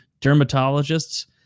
Dermatologists